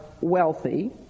wealthy